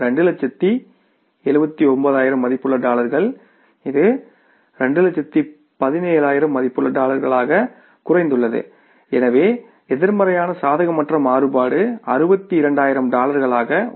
279000 மதிப்புள்ள டாலர்கள் இது 217000 மதிப்புள்ள டாலர்களாக குறைந்துள்ளது அதாவது எதிர்மறையான சாதகமற்ற மாறுபாடு 62000 டாலர்களாக உள்ளது